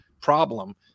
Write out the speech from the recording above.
problem